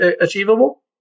achievable